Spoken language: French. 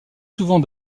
souvent